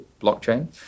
blockchain